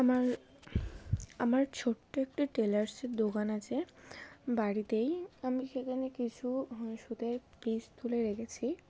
আমার আমার ছোট্ট একটি টেলার্সের দোকান আছে বাড়িতেই আমি সেখানে কিছু সুতে পিস তুলে রেখেছি